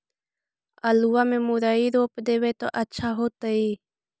आलुआ में मुरई रोप देबई त अच्छा होतई?